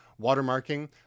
watermarking